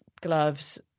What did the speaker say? gloves